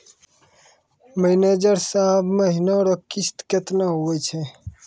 manager साहब महीना रो किस्त कितना हुवै छै